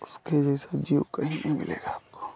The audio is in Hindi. उसके जैसा जीव कहीं नहीं मिलेगा आपको